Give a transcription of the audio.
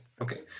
Okay